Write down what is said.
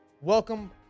welcome